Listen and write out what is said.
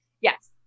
Yes